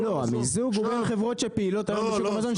המיזוג הוא בין חברות שפעילות היום בשוק המזון,